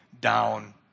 down